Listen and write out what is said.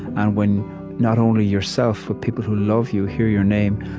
and when not only yourself, but people who love you, hear your name,